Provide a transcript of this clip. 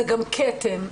זה כתם,